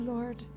Lord